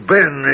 Ben